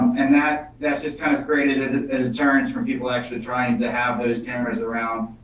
and that that just kind of created an utterance from people actually trying to have those cameras around,